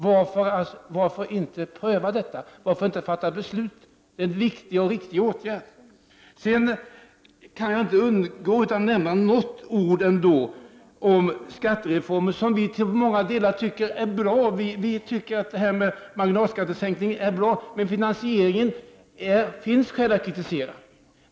Varför inte pröva detta och fatta beslut? Det är en viktig och riktig åtgärd. Jag kan ändå inte undgå att nämna några ord om skattereformen, som i många delar är bra. Vi tycker att det är bra med en marginalskattesänkning, men finansieringen finns det skäl att kritisera.